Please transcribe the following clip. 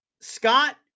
Scott –